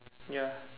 ya